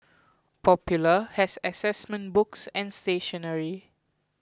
popular has assessment books and stationery